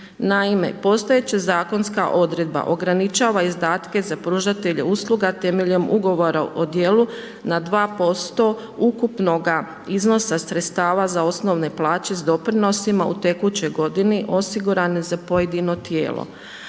Naime, postojeća zakonska odredba, ograničava izdataka za pružatelje usluga temeljem ugovora o dijelu, na 2% ukupnoga iznosa za sredstava za osnovne plaće s doprinosima u tekućoj godini osigurane za pojedino tijelo.